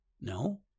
No